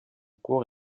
cours